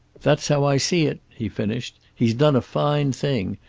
that's how i see it, he finished. he's done a fine thing.